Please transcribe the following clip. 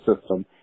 system